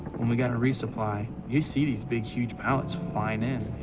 when we got a resupply, you see these big huge pallets flying in,